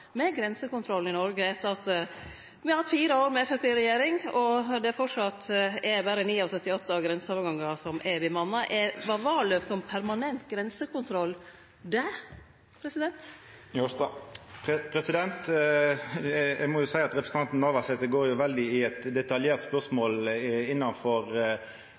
med grensekontrollen i Noreg etter at me har hatt fire år med Framstegsparti-regjering og det framleis berre er 9 av 78 grenseovergangar som er bemanna. Var det dette som var valløftet om permanent grensekontroll? Eg må seia at representanten Navarsete i spørsmålet går veldig i